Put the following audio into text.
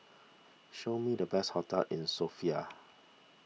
show me the best hotels in Sofia